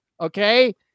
Okay